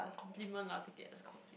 compliment lah take it as [compliment]